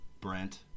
Brent